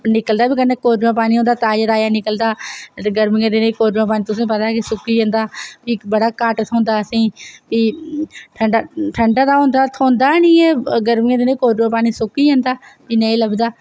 निकलदा बी कन्नै कोरजमां पानी होंदा ताजा ताजा पानी होंदा ते गर्मियें दे दिनोें कोरजमां पानी तुसेंगी पता ऐ सुक्की जंदा प्ही बड़ा घट्ट थ्होंदा असेंगी फ्ही ठंडा ते होंदा ऐ त्होंदा गै नी ऐ गर्मि यें दे दिने कोरजमां पानी सुक्की जंदा प्ही नेईं लब्भदा